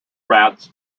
rats